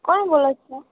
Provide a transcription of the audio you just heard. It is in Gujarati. કોણ બોલો છો